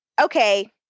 okay